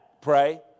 Pray